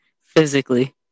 Physically